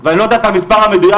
ואני לא יודע את המספר המדוייק,